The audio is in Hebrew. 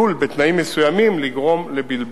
עלול בתנאים מסוימים לגרום לבלבול.